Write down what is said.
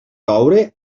coure